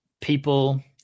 people